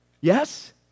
Yes